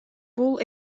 бул